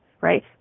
right